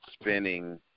spinning